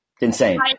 insane